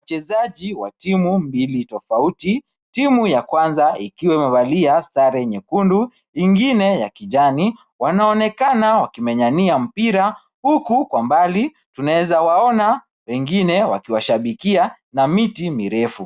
Wachezaji wa timu mbili tofauti, timu ya kwanza ikiwa imevalia sare nyekundu, ingine ya kijani, wanaonekana wakimenyania mpira, huku kwa mbali unaweza waona wengine wakiwashabikia na miti mirefu.